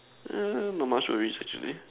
mm not much worries actually